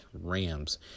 Rams